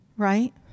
right